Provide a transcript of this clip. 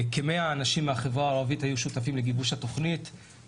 כמאה אנשים מהחברה הערבית היו שותפים לגיבוש התוכנית,